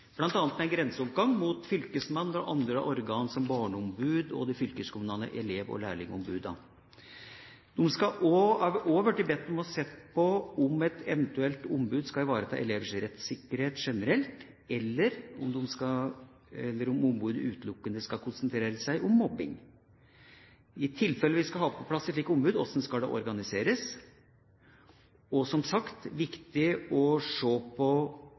ombud, med en grenseoppgang mot fylkesmannen og andre organer som Barneombudet og de fylkeskommunale elev- og lærlingombudene. De har også blitt bedt om å se på om et eventuelt ombud skal ivareta elevers rettssikkerhet generelt, eller om ombudet utelukkende skal konsentrere seg om mobbing. I tilfelle vi skal ha på plass et slikt ombud: Hvordan skal det organiseres? Og det er, som sagt, viktig å se på